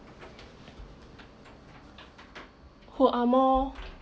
who are more